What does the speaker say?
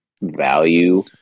value